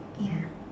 ya